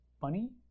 funny